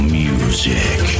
music